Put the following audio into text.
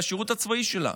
בשירות הצבאי שלה.